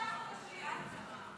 כשעמדנו בפני דבר כזה, מטבע